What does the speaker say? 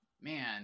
Man